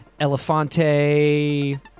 Elefante